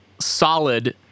solid